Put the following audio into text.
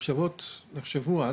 שנחשבו אז,